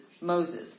Moses